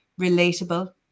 relatable